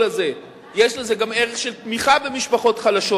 הזה יש לו גם ערך של תמיכה במשפחות חלשות,